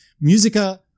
Musica